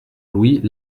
louis